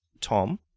Tom